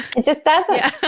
it just doesn't yeah